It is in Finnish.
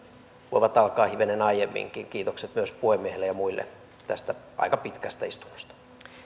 voivat alkaa hivenen aiemminkin kiitokset myös puhemiehelle ja muille tästä aika pitkästä istunnosta